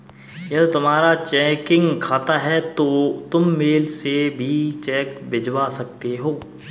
यदि तुम्हारा चेकिंग खाता है तो तुम मेल से भी चेक भिजवा सकते हो